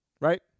right